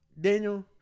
Daniel